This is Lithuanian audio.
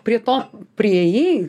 prie to priėjai